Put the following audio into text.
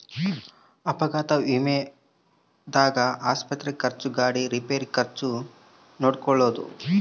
ಅಪಘಾತ ವಿಮೆದಾಗ ಆಸ್ಪತ್ರೆ ಖರ್ಚು ಗಾಡಿ ರಿಪೇರಿ ಖರ್ಚು ನೋಡ್ಕೊಳೊದು